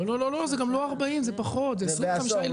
לא, זה גם לא 40, זה פחות, זה 25 ילדים.